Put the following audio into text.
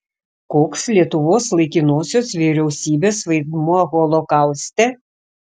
koks lietuvos laikinosios vyriausybės vaidmuo holokauste